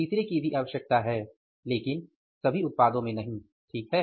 तीसरे की भी आवश्यकता है लेकिन सभी उत्पादों में नहीं ठीक है